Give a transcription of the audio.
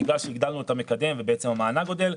בגלל שהגדלנו את המקדם ובעצם המענק גדל,